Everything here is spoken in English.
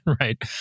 right